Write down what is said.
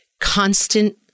constant